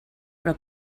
però